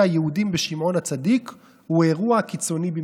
היהודים בשמעון הצדיק הוא אירוע קיצוני במיוחד.